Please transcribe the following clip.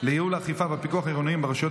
לייעול האכיפה והפיקוח העירוניים ברשויות